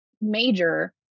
major